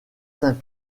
saint